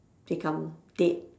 become dead